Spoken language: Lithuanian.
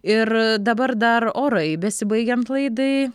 ir dabar dar orai besibaigiant laidai